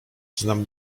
znam